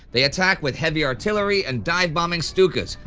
they attack with heavy artillery and dive bombing stukas.